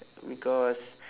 because